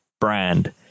brand